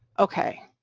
ok,